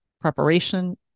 preparation